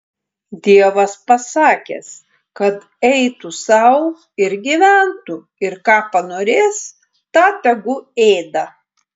dievas pasakęs kad eitų sau ir gyventų ir ką panorės tą tegu ėda